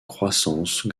croissance